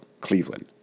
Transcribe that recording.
Cleveland